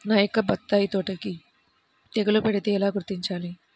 నా యొక్క బత్తాయి తోటకి తెగులు పడితే ఎలా గుర్తించాలి?